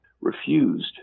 refused